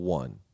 one